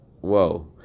Whoa